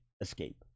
escape